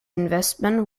investment